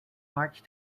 march